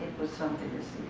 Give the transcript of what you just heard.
was something